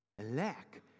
Lack